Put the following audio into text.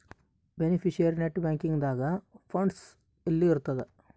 beneficiary net banking ದಾಗ funds ಅಲ್ಲಿ ಇರ್ತದ